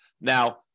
Now